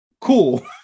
cool